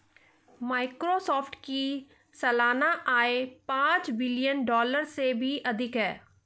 Microsoft की सालाना आय पांच बिलियन डॉलर से भी अधिक है